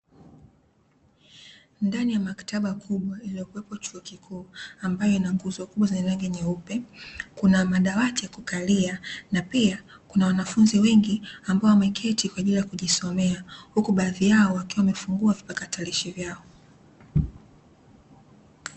Ndani ya maktaba kubwa iliyokuwepo chuo kikuu, ambayo ina nguzo kubwa zenye rangi nyeupe kuna madawati ya kukalia na pia kuna wanafunzi wengi ambao wameketi kwa ajili ya kujisomea huku baadhi yao wakiwa wamefungua vipakatalishi vyao.